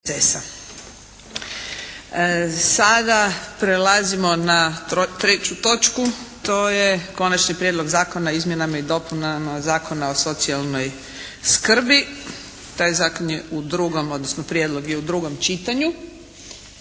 Sada prelazimo na 3. točku. To je: - Konačni prijedlog zakona o izmjenama i dopunama Zakona o socijalnoj skrbi, drugo čitanje P.Z. br. 686; Taj zakon je u drugom odnosno prijedlog je u drugom čitanju.